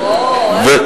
אוה,